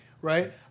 right